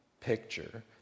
picture